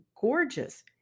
gorgeous